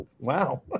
Wow